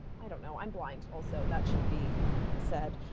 i know, i'm blind also, that should be said.